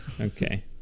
Okay